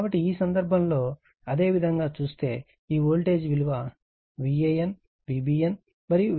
కాబట్టి ఈ సందర్భంలో అదేవిధంగా చూస్తే ఈ వోల్టేజ్ విలువ Van Vbn మరియు Vcn గా పరిగణించబడింది